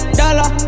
dollar